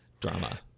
drama